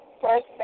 first